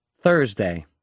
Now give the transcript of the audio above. Thursday